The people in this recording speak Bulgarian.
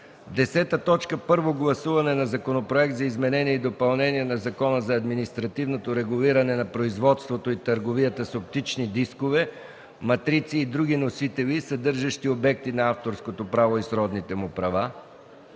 смеси. 10. Първо гласуване на Законопроекта за изменение и допълнение на Закона за административното регулиране на производството и търговията с оптични дискове, матрици и други носители, съдържащи обекти на авторското право и сродните му права.